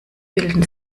bilden